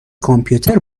کامپیوتر